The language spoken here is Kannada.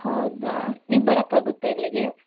ಹೌದಾ ನೀವು ಬರೋಕ್ಕಾಗುತ್ತಾ ಇಲ್ಲಿಗೆ